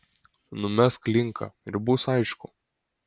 numesk linką ir bus aišku